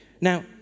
Now